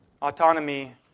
Autonomy